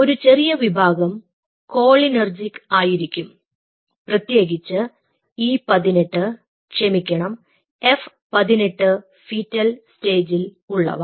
ഒരു ചെറിയ വിഭാഗം കോളിനെർജിക് ആയിരിക്കും പ്രത്യേകിച്ച് E 18 ക്ഷമിക്കണം F18 ഫീറ്റൽ സ്റ്റേജിൽ ഉള്ളവ